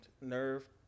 nerve